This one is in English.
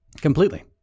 completely